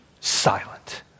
silent